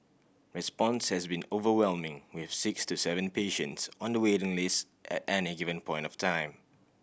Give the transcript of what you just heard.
response has been overwhelming with six to seven patients on the waiting list at any given point of time